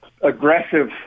aggressive